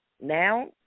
Now